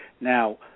Now